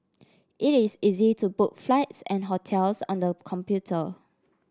it is easy to book flights and hotels on the computer